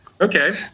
Okay